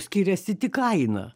skiriasi tik kaina